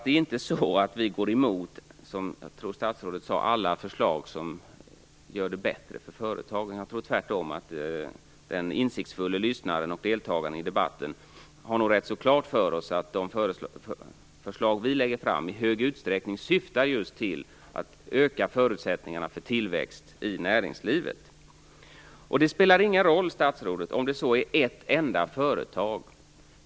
Det är inte så att vi går emot alla förslag som gör det bättre för företagen. Tvärtom. Den insiktsfulla lyssnaren och deltagarna i debatten tror jag har ganska klart för sig att de förslag som vi lägger fram i stor utsträckning syftar till att öka förutsättningarna för tillväxt i näringslivet. Det spelar ingen roll om det så bara gäller ett enda företag, statsrådet.